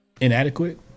inadequate